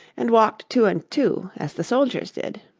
and walked two and two, as the soldiers did.